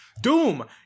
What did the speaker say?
Doom